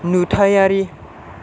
नुथायारि